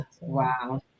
Wow